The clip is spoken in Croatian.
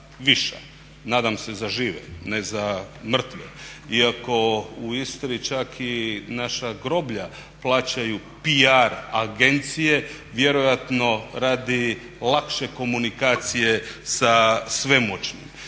Nadam se za žive, ne za mrtve, iako u Istri čak i naša groblja plaćaju PR agencije vjerojatno radi lakše komunikacije sa svemoćnim